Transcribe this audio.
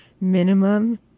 minimum